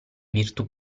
virtù